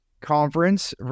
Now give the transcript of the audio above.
conference